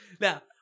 Now